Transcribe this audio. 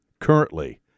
Currently